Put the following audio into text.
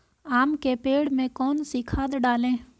आम के पेड़ में कौन सी खाद डालें?